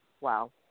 Wow